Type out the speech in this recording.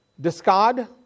Discard